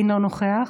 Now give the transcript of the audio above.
אינו נוכח,